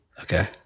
Okay